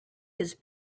his